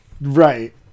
Right